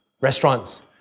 restaurants